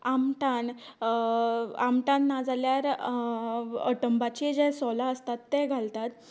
आमठाण आमठाण ना जाल्यार अटंबाचें जीं सोलीं आसतात तें घालतात